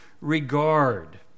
regard